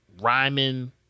Rhyming